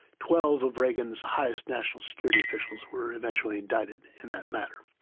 twelve of reagan's highest national security officials were eventually indicted in that matter.